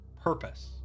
purpose